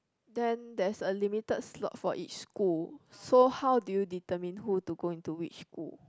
then there's a limited slot for each school so how do you determine who to go into which school